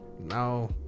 No